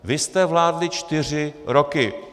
Vy jste vládli čtyři roky.